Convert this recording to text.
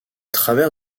travers